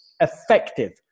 effective